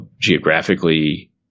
geographically